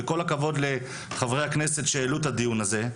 וכל הכבוד לחברי הכנסת שהעלו את הדיון הזה,